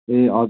ए हजुर